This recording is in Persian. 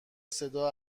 صدا